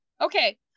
Okay